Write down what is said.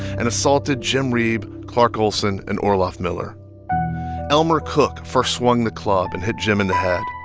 and assaulted jim reeb, clark olsen, and orloff miller elmer cook first swung the club and hit jim in the head.